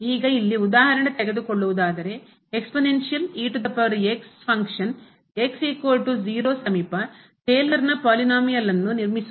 ಈಗ ಇಲ್ಲಿ ಉದಾಹರಣೆ ತೆಗೆದುಕೊಳ್ಳುವುದಾದರೆ ಎಕ್ಸ್ಪೋನೆಂಶಿಯಲ್ ಘಾತೀಯ ಫಂಕ್ಷನ್ ಕ್ರಿಯೆ ಸಮೀಪ ಟೇಲರ್ನ ಪಾಲಿನೋಮಿಯಲ್ನ್ನು ಬಹುಪದವನ್ನು ನಿರ್ಮಿಸೋಣ